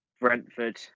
Brentford